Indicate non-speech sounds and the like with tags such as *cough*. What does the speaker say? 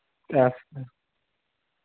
*unintelligible*